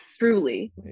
Truly